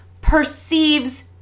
perceives